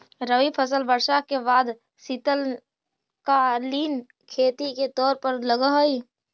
रबी फसल वर्षा के बाद शीतकालीन खेती के तौर पर लगऽ हइ